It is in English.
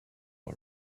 all